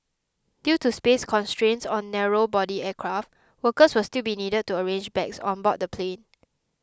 due to space constraints on narrow body aircraft workers will still be needed to arrange bags on board the plane